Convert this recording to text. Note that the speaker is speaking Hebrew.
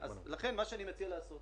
לכן מה שאני מציע זה לעשות